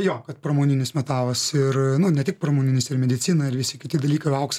jo kad pramoninis metalas ir nu ne tik pramoninis ir medicina ir visi kiti dalykai auksas